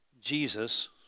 Jesus